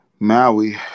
Maui